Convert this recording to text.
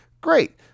Great